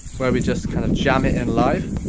where we just kind of jam it in live.